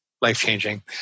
life-changing